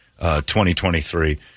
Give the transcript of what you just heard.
2023